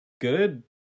good